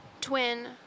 twin